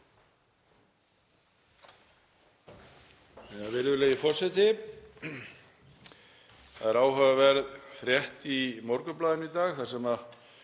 Það er áhugaverð frétt í Morgunblaðinu í dag